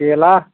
केला